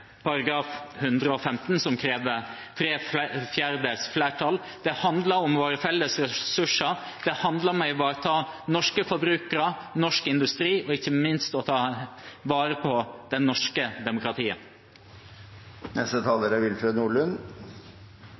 § 115, som krever bruk av tre fjerdedels flertall. Det handler om våre felles ressurser. Det handler om å ivareta norske forbrukere, norsk industri og, ikke minst, å ta vare på det norske